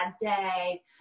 day